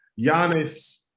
Giannis